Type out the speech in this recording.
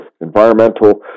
environmental